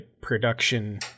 production